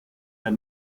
der